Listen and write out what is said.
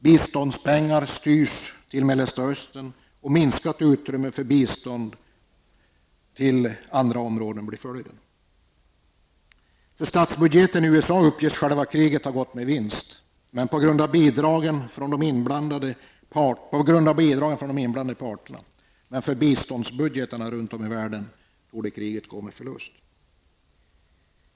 Biståndspengar styrs till Mellanöstern och minskar utrymmet för bistånd till andra områden. För statsbudgeten i USA uppges själva kriget ha gått med vinst på grund av bidragen från de inblandade parterna, men för biståndsbudgeterna runt om i världen torde kriget gå med förlust.